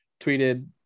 tweeted